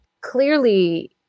Clearly